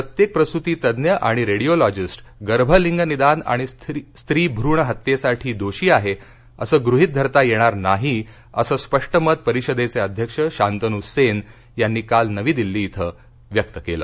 प्रत्येक प्रसुतितज्ञ आणि रेडियोलॉजिस्ट गर्भलिंग निदान आणि स्त्रीभ्रूण हत्येसाठी दोषी आहे असं गृहित धरता येणार नाही असं स्पष्ट मत परिषदेचे अध्यक्ष शांतनू सेन यांनी काल नवी दिल्ली इथं व्यक्त केलं